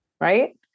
Right